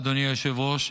אדוני היושב-ראש,